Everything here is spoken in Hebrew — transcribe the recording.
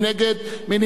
נא להצביע.